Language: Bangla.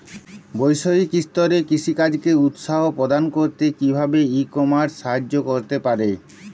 বৈষয়িক স্তরে কৃষিকাজকে উৎসাহ প্রদান করতে কিভাবে ই কমার্স সাহায্য করতে পারে?